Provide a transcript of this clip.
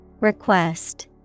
Request